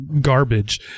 garbage